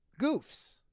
goofs